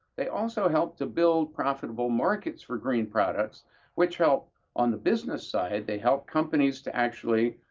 they also help to build profitable markets for green products which help on the business side. they help companies to actually